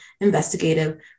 investigative